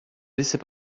laissez